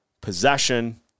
possession